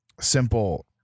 simple